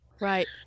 Right